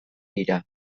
dira